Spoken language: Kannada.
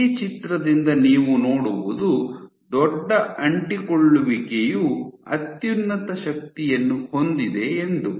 ಈ ಚಿತ್ರದಿಂದ ನೀವು ನೋಡುವುದು ದೊಡ್ಡ ಅಂಟಿಕೊಳ್ಳುವಿಕೆಯು ಅತ್ಯುನ್ನತ ಶಕ್ತಿಯನ್ನು ಹೊಂದಿದೆ ಎಂದು